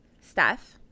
Steph